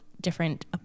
different